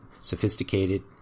sophisticated